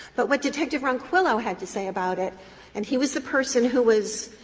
but what detective ronquillo had to say about it and he was the person who was,